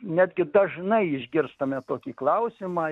netgi dažnai išgirstame tokį klausimą